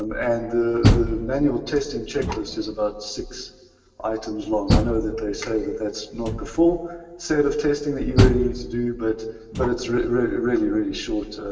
um and the the manual testing checklist is about six items long. i know that they say that that's not the full set of testing that you really need to do, but but it's really, really really short